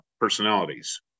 personalities